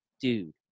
dude